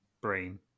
brain